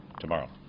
tomorrow